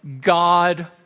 God